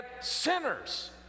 sinners